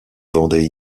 vendait